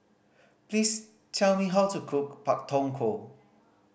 please tell me how to cook Pak Thong Ko